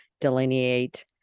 delineate